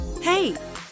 Hey